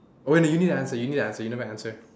oh wait you need to answer you need to answer you never answer